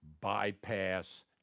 bypass